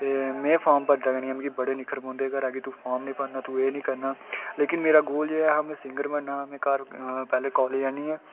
ते में फार्म भरदा निं हा ते मिगी बड़ी निक्खर पौंदी ही कि तू फार्म निं भरदा लेकिन मेरा गोल हा कि में पैह्लें सिंगर बनना ते में कालेज आह्नियै